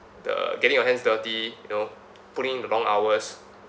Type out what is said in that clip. the getting your hands dirty you know putting the long hours